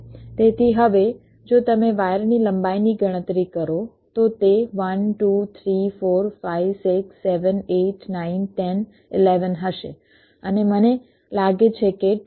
તેથી હવે જો તમે વાયરની લંબાઈની ગણતરી કરો તો તે 1 2 3 4 5 6 7 8 9 10 11 હશે અને મને લાગે છે કે 12